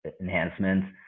enhancements